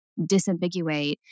disambiguate